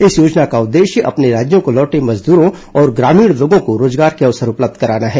इस योजना का उद्देश्य अपने राज्यों को लौटे मजदूरों और ग्रामीण लोगों को रोजगार के अवसर उपलब्ध कराना है